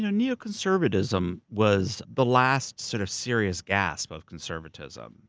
neoconservativism was the last sort of serious gasp of conservatism,